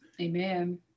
amen